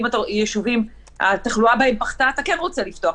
ויישובים שהתחלואה בהם פחתה אתה כן רוצה לפתוח,